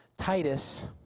Titus